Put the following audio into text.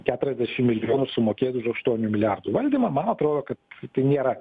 keturiasdešimt milijonų sumokėti už aštuonių milijardų valdymą man atrodo kad tai nėra